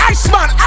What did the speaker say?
Iceman